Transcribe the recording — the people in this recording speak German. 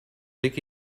blick